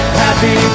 happy